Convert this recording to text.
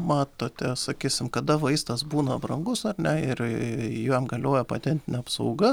matote sakysim kada vaistas būna brangus ar ne ir jam galioja patentinė apsauga